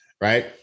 right